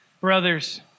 brothers